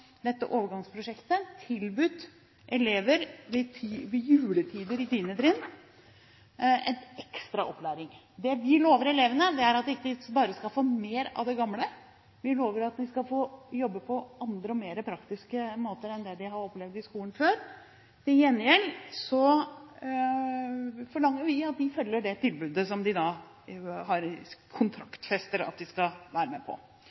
dette overgangsprosjektet tilbudt elever ved juletider i 10. trinn en ekstra opplæring. Det vi lover elevene, er at de ikke bare skal få mer av det gamle, vi lover at de skal få jobbe på andre og mer praktiske måter enn det de har opplevd i skolen før. Til gjengjeld forlanger vi at de følger det tilbudet som de kontraktfester at de skal være med på.